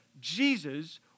Jesus